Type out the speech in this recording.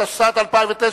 התשס"ט 2009,